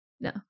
no